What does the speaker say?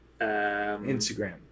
Instagram